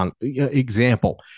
example